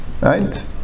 Right